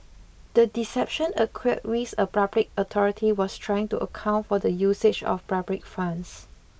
the deception occurred whilst a public authority was trying to account for the usage of public funds